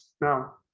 Now